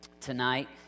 tonight